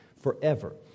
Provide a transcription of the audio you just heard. forever